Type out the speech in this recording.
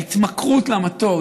ההתמכרות למתוק,